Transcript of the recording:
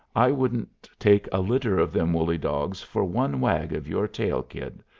i wouldn't take a litter of them woolly dogs for one wag of your tail, kid,